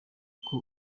uko